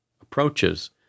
approaches